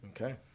Okay